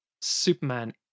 Superman